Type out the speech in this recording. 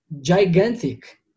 gigantic